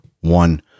one